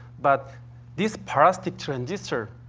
but this parasitic transistor,